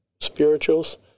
spirituals